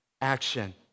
action